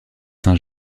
saint